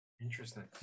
Interesting